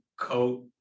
coat